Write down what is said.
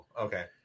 okay